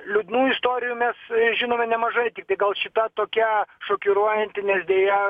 liūdnų istorijų mes žinome nemažai tiktai gal šita tokia šokiruojanti nes deja